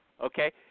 Okay